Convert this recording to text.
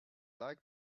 like